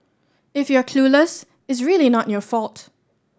if you're clueless it's really not your fault